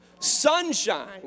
sunshine